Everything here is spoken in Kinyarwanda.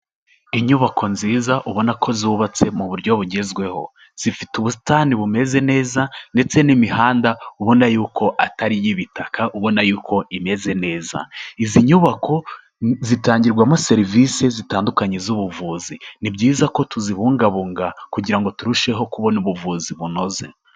Inyubako nziza ubona ko zubatse mu buryo bugezweho, zifite ubusitani bumeze neza ndetse n'imihanda ubona y'uko atari iy'ibitaka, ubona yuko imeze neza. Izi nyubako zitangirwamo serivisi zitandukanye z'ubuvuzi. Ni byiza ko tuzibungabunga kugira ngo turusheho kubona ubuvuzi bunoze.